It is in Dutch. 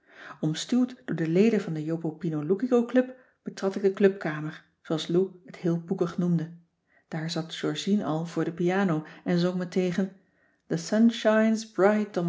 omstuwd door de leden van de jopopinoloukicoclub betrad ik de clubkamer zooals lou het heel boekig noemde daar zat georgien al voor de piano en zong me tegen